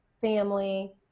family